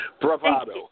Bravado